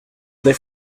they